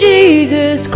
Jesus